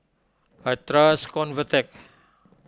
I trust Convatec